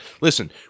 listen